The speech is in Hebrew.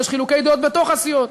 ויש חילוקי דעות בתוך הסיעות.